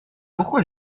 pourquoi